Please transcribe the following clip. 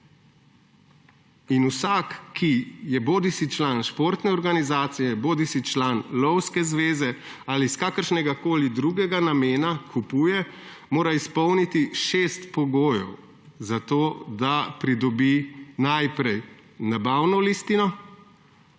Vsak, ki je bodisi član športne organizacije bodisi član Lovske zveze ali si s kakršnegakoli drugega namena kupuje, mora izpolniti šest pogojev, da pridobi najprej nabavno listino.